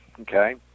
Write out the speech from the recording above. okay